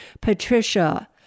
Patricia